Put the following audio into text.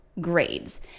grades